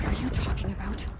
you talking about?